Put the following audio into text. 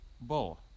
Bull